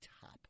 top